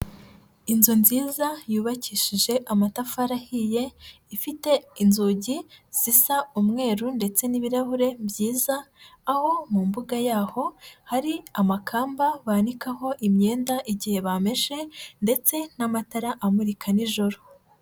Inzu nziza yubakishije amatafari ahiye, ifite inzugi zisa umweru ndetse n'ibirahure byiza, aho mu mbuga yaho hari amakamba banikaho imyenda igihe bameshe ndetse n'amatara amurika n'ijoro.